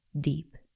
deep